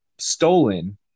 stolen